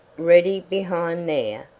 ready behind there?